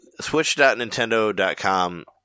Switch.nintendo.com